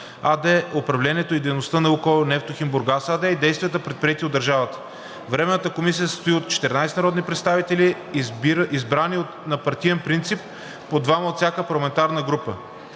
АД, управлението и дейността на „Лукойл Нефтохим Бургас“ АД и действията, предприети от държавата. 2. Временната комисия се състои от 14 народни представители, избрани на паритетен принцип – по двама от всяка парламентарна група.